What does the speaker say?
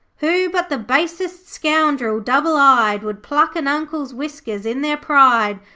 who but the basest scoundrel, double-eyed, would pluck an uncle's whiskers in their pride,